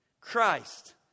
Christ